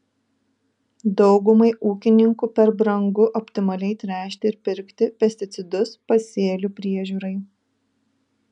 daugumai ūkininkų per brangu optimaliai tręšti ir pirkti pesticidus pasėlių priežiūrai